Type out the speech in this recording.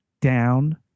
down